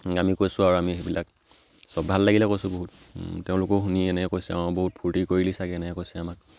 আমি কৈছোঁ আৰু আমি সেইবিলাক চব ভাল লাগিলে কৈছোঁ বহুত তেওঁলোকেও শুনি এনেকৈ কৈছে আৰু বহুত ফূৰ্তি কৰিলি চাগে এনেকৈ কৈছে আমাক